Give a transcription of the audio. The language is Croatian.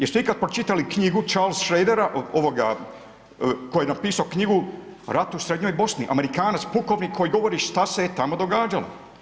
Jesu li ikad pročitali knjigu Charles Schrader koji je napisao knjigu rat u srednjoj Bosni, Amerikanac pukovnik koji govori šta se je tamo događalo.